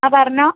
ആ പറഞ്ഞോ